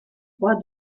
croix